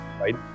right